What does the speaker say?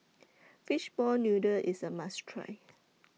Fishball Noodle IS A must Try